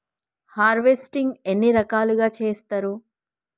Harvesting ఎన్ని రకాలుగా చేస్తరు?